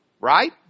Right